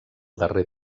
darrer